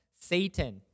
Satan